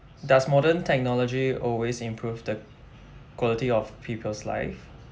does modern technology always improve the quality of people's life